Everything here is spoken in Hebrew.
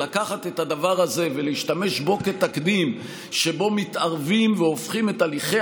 לקחת את הדבר הזה ולהשתמש בו כתקדים שבו מתערבים והופכים את הליכי